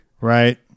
Right